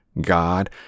God